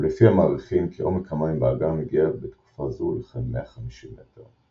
ולפיה מעריכים כי עומק המים באגם הגיע בתקופה זו לכ-150 מטר.